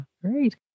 Great